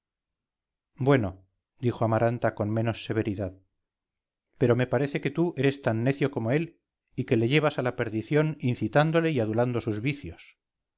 bueno dijo amaranta con menos severidad pero me parece que tú eres tan necio como él y que le llevas a la perdición incitándole y adulando sus vicios